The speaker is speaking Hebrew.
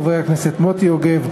חברי הכנסת מוטי יוגב,